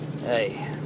Hey